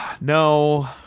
No